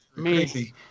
crazy